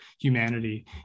humanity